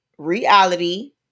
reality